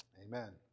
Amen